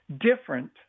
different